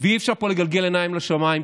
אי-אפשר פה לגלגל עיניים לשמיים,